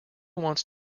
wants